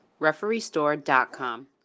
refereestore.com